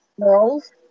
girls